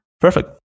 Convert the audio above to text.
Perfect